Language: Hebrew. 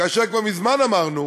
כאשר כבר מזמן אמרנו